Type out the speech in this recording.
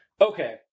Okay